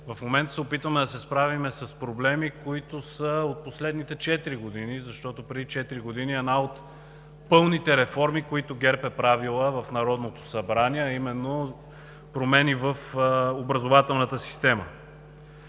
в момента се опитваме да се справим с проблеми, които са от последните четири години, защото преди четири години една от пълните реформи, които ГЕРБ е правила в Народното събрание, е именно промени в образователната система.